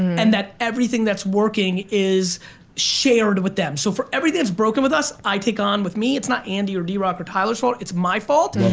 and that everything that's working is shared with them. so for everything that's broken with us, i take on with me. it's not andy or drock or tyler's fault, it's my fault.